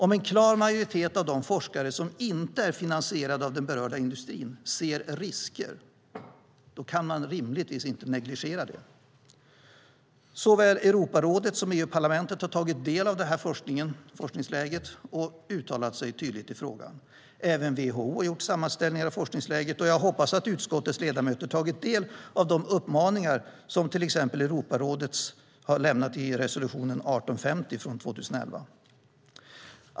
Om en klar majoritet av de forskare som inte är finansierade av den berörda industrin ser risker kan man rimligtvis inte negligera det. Såväl Europarådet som EU-parlamentet har tagit del av forskningsläget och uttalat sig tydligt i frågan. Även WHO har gjort sammanställningar av forskningsläget. Jag hoppas att utskottets ledamöter har tagit del av de uppmaningar som till exempel Europarådet har lämnat i resolution 1850 från 2011.